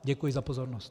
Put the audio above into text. Děkuji za pozornost.